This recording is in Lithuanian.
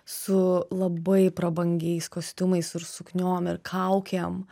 su labai prabangiais kostiumais ir sukniom ir kaukėm